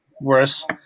worse